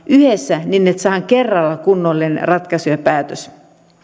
yhdessä niin että saadaan kerralla kunnollinen ratkaisu ja päätös